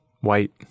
white